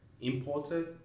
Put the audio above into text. imported